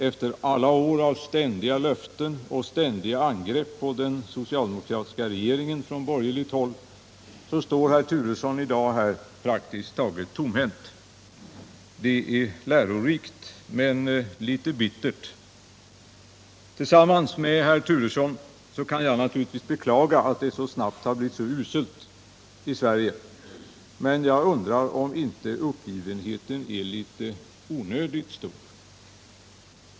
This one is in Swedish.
Efter alla år av ständiga löften och ständiga angrepp på den socialdemokratiska regeringen från borgerligt håll står herr Turesson i dag praktiskt taget tomhänt. Det är lärorikt men litet bittert. Tillsammans med herr Turesson kan jag naturligtvis beklaga att det blivit så uselt i Sverige, men jag undrar om inte uppgivenheten är onödigt stor.